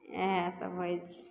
इएहसभ होइ छै